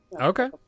Okay